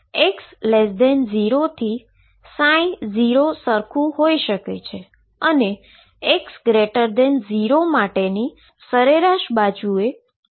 x0 થી ψ સરખું હોઈ શકે અને x0 માટેની સરેરાશ બાજુએ તે સતત હોઈ શકે